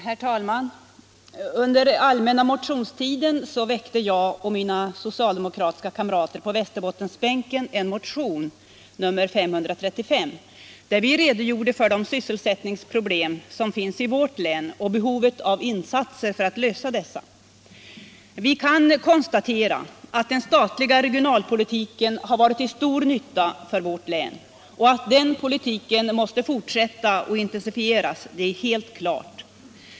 Herr talman! Under allmänna motionstiden väckte jag och mina socialdemokratiska kamrater på Västerbottensbänken en motion, nr 535, där vi redogjorde för de sysselsättningsproblem som finns i vårt län och för behovet av insatser för att lösa dessa. Vi kan konstatera att den statliga regionalpolitiken har varit till stor nytta för vårt län, och att den politiken måste fortsätta och intensifieras är helt klart.